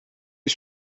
was